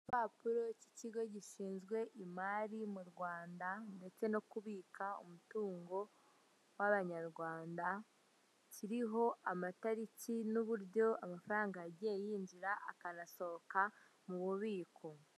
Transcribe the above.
Igipapuro cy' ikigo gishinzwe imari mu Rwanda ndetse no kubika umutungo w'abanyarwanda, kiriho amatariki n'uburyo amafaranga yagiye yinjira akanasohoka mu bubiko.